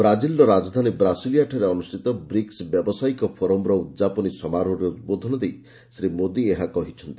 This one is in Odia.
ବ୍ରାଜିଲର ରାଜଧାନୀ ବ୍ରାସିଲିଆଠାରେ ଅନୁଷ୍ଠିତ ବ୍ରିକ୍ସ ବ୍ୟବସାୟିକ ଫୋରମର ଉଦ୍ଯାପନୀ ସମାରୋହରେ ଉଦ୍ବୋଧନ ଦେଇ ଶ୍ରୀ ମୋଦି ଏହା କହିଛନ୍ତି